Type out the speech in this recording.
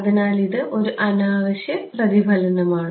അതിനാൽ ഇത് ഒരു അനാവശ്യ പ്രതിഫലനമാണ്